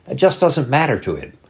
ah just doesn't matter to it.